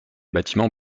bâtiments